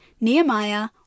Nehemiah